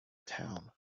town